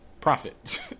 profit